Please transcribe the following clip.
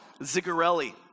Zigarelli